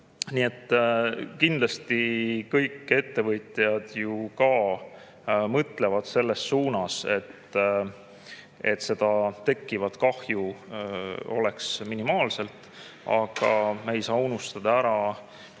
Nii et kindlasti kõik ettevõtjad ka mõtlevad selles suunas, et seda tekkivat kahju oleks minimaalselt. Aga me ei saa unustada ära